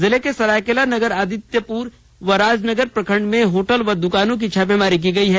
जिले के सरायकेला नगर आदित्यपुर व राजनगर प्रखंड में होटल एवं द्वकानों की छापामारी की गई है